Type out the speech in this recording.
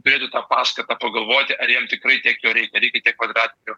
kredito paskata pagalvoti ar jam tikrai tiek jo reikia ar reikia tiek kvadratinių